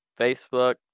Facebook